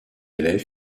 élèves